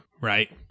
right